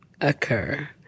occur